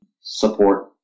support